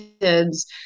kids